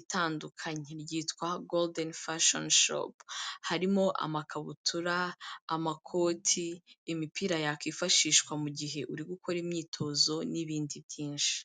itandukanye, ryitwa Gorudeni fasheni shopu, harimo amakabutura, amakoti, imipira yakwifashishwa mu gihe uri gukora imyitozo n'ibindi byinshi.